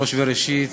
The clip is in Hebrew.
ראש וראשית